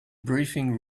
briefing